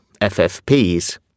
FFPs